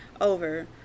over